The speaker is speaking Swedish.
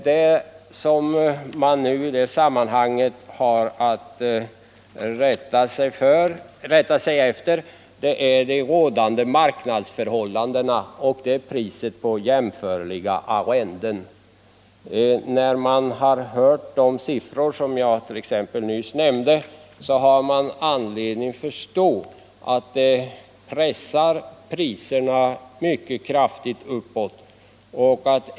Det som man i det sammanhanget har att rätta sig efter är de rådande marknadsförhållandena och priset på jämförliga arrenden. När man har hört de siffror som jag t.ex. nyss nämnde har man lätt att förstå att priserna pressas mycket kraftigt uppåt.